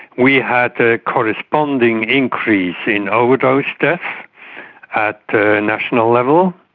we had a corresponding increase in overdose deaths at national level.